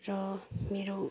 र मेरो